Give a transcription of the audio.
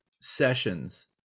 sessions